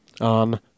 On